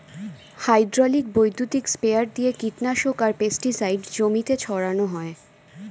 hydraulic বৈদ্যুতিক sprayer দিয়ে কীটনাশক আর পেস্টিসাইড জমিতে ছড়ান হয়